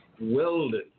Welded